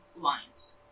lines